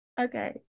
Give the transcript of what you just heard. Okay